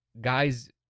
guys